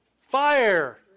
fire